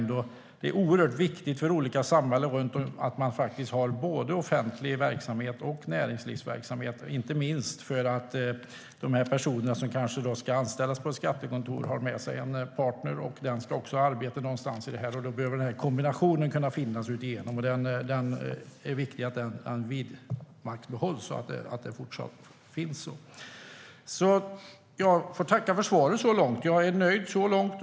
Det är oerhört viktigt för olika samhällen runt om i landet att man har både offentlig verksamhet och näringslivsverksamhet, inte minst eftersom en person som kanske ska anställas på ett skattekontor kan ha med sig en partner, och den ska också ha arbete någonstans. Då behöver kombinationen finnas, och det är viktigt att den vidmakthålls och fortsatt finns. Jag får tacka för svaret - jag är nöjd så långt.